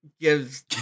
gives